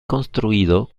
construido